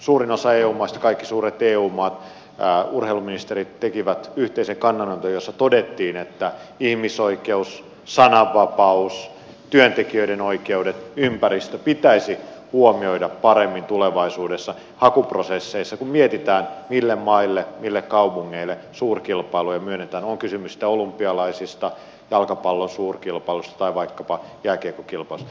suurin osa eu maiden kaikkien suurten eu maiden urheiluministereistä teki yhteisen kannanoton jossa todettiin että ihmisoikeus sananvapaus työntekijöiden oikeudet ympäristö pitäisi huomioida paremmin tulevaisuudessa hakuprosesseissa kun mietitään mille maille mille kaupungeille suurkilpailuja myönnetään on kysymys sitten olympialaisista jalkapallon suurkilpailuista tai vaikkapa jääkiekkokilpailuista